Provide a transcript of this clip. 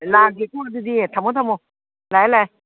ꯂꯥꯛꯑꯒꯦꯀꯣ ꯑꯗꯨꯗꯤ ꯊꯝꯃꯣ ꯊꯝꯃꯣ ꯂꯥꯛꯑꯦ ꯂꯥꯛꯑꯦ